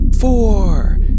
four